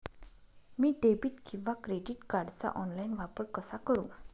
मी debit किंवा credit कार्डचा online वापर कसा करु?